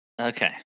Okay